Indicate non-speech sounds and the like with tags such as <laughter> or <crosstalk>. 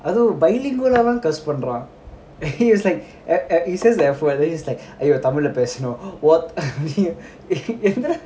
அதுவும்:adhuvum violin பண்ணறான்:pannaran <laughs> he is like a~ a~ he says like for w~ then he's like !aiyo! தமிழ்ல:tamizhla what I mean <laughs> என்னதிது:ennathidhu